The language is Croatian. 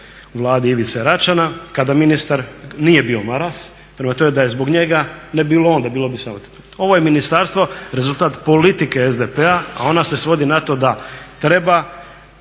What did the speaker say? u Vladi Ivice Račana kada ministar nije bio Maras, prema tome da je zbog njega ne bi bilo onda, bilo bi …/Govornik se ne razumije./…. Ovo je ministarstvo rezultat politike SDP-a a ona se svodi na to da treba